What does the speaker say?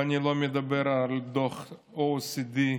ואני לא מדבר על דוח OECD,